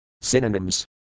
Synonyms